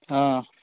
অ